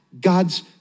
God's